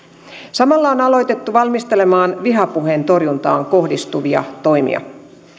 samalla on aloitettu valmistelemaan vihapuheen torjuntaan kohdistuvia toimia